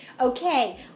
Okay